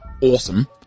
Awesome